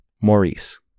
Maurice